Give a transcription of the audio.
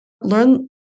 Learn